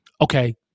Okay